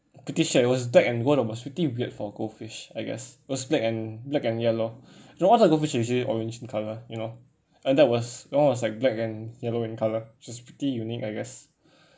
pretty sure it was black and gold was pretty weird for a goldfish I guess it was black and black and yellow you know all the goldfish usually orange in colour you know and that was that one was like black and yellow in color which is pretty unique I guess